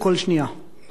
עוד חודש,